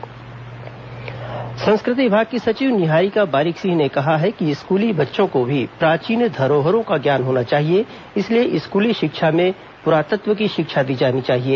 संस्कृति विभाग कार्यशाला संस्कृति विभाग की सचिव निहारिका बारिक सिंह ने कहा है कि स्कूली बच्चों को भी प्राचीन धरोहरों का ज्ञान होना चाहिए इसलिए स्कूली शिक्षा में पुरातत्व की शिक्षा दी जानी चाहिए